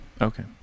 Okay